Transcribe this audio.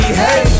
hey